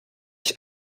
ich